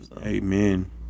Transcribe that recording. Amen